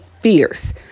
fierce